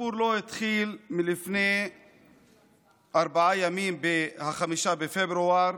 הסיפור לא התחיל לפני ארבעה ימים, ב-5 בפברואר,